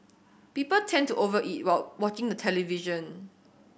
people tend to over eat while watching the television